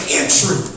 entry